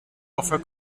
offer